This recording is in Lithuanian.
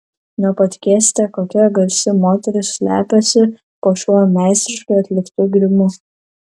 nepatikėsite kokia garsi moteris slepiasi po šiuo meistriškai atliktu grimu